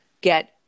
get